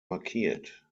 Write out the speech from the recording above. markiert